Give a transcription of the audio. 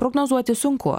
prognozuoti sunku